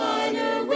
Minor